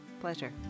pleasure